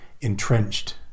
entrenched